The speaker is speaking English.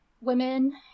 women